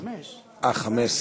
אני חושב שהחלטת הממשלה האחרונה,